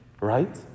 right